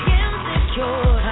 insecure